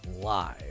live